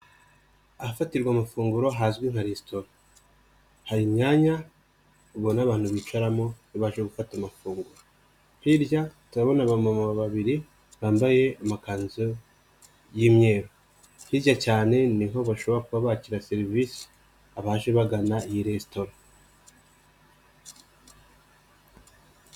Ahafatirwa amafunguro hazwi nka resitora, hari imyanya ubona abantu bicaramo iyo baje gufata amafunguro, hirya turabona abamama babiri bambaye amakanzu y'imyeru, hirya cyane niho bashobora kuba bakira serivise abaje bagana iyi resitora.